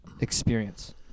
experience